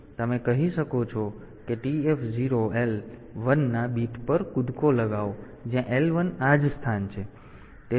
તેથી તમે કહી શકો છો કે TF0 L 1 ના બીટ પર કૂદકો લગાવો જ્યાં L 1 આ જ સ્થાન છે